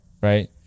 right